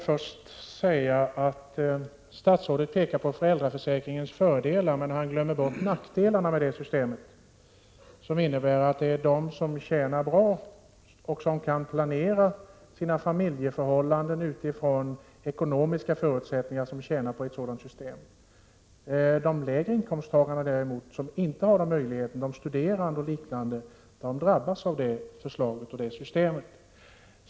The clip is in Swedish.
Fru talman! Statsrådet pekar på föräldraförsäkringens fördelar, men han glömmer bort nackdelarna med det systemet. Det är de som tjänar bra och som kan planera sina familjeförhållanden med utgångspunkt i ekonomiska förutsättningar som tjänar på ett sådant system. De lägre inkomsttagarna, som inte har den möjligheten — de studerande och liknande — drabbas av det systemet.